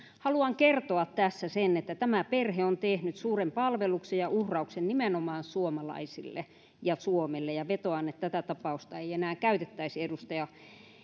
haluan kertoa tässä sen että tämä perhe on tehnyt suuren palveluksen ja uhrauksen nimenomaan suomalaisille ja suomelle ja vetoan että tätä tapausta ei enää käytettäisi edustaja